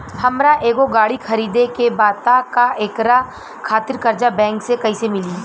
हमरा एगो गाड़ी खरीदे के बा त एकरा खातिर कर्जा बैंक से कईसे मिली?